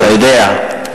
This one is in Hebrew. אתה יודע,